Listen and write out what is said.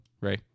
Ray